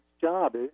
job